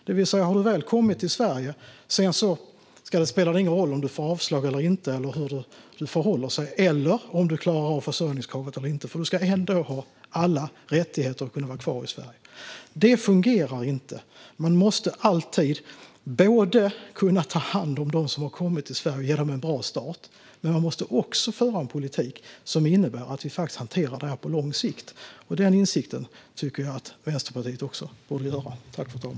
Det vill säga att har du väl kommit till Sverige spelar det ingen roll om du får avslag eller inte eller om du klarar försörjningskravet eller inte - du ska ändå ha alla rättigheter och kunna vara kvar i Sverige. Det fungerar inte. Man måste alltid kunna ta hand om dem som har kommit till Sverige och ge dem en bra start, men man måste också föra en politik som innebär att vi hanterar detta på lång sikt. Den insikten tycker jag att Vänsterpartiet också borde komma till.